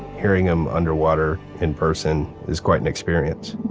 hearing them underwater, in person, is quite an experience